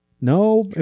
No